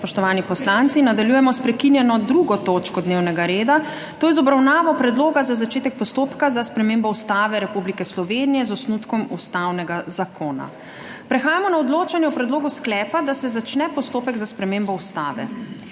spoštovani poslanci! Nadaljujemo s prekinjeno 2. točko dnevnega reda, to je z obravnavo Predloga za začetek postopka za spremembo Ustave Republike Slovenije z osnutkom ustavnega zakona. Prehajamo na odločanje o predlogu sklepa, da se začne postopek za spremembo ustave.